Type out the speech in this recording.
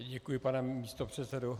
Děkuji, pane místopředsedo.